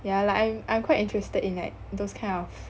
yeah like I'm I'm quite interested in like those kind of